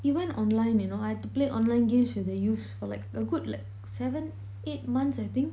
even online you know I have to play online games with the youths for like a good like seven eight months I think